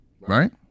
Right